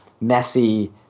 messy